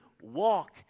walk